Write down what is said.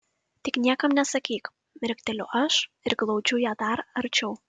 tik niekam nesakyk mirkteliu aš ir glaudžiu ją dar arčiau